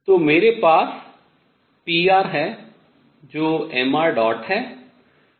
तो मेरे पास pr है जो mṙ है